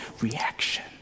reaction